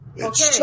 Okay